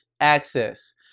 access